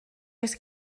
oes